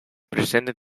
presented